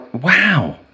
wow